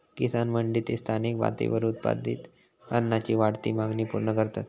किसान मंडी ते स्थानिक पातळीवर उत्पादित अन्नाची वाढती मागणी पूर्ण करतत